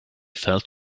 felt